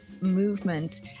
movement